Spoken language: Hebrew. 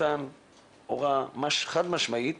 הוראה חד משמעית